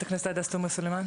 חברת הכנסת עאידה תומא סלימאן.